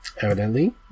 evidently